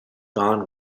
gan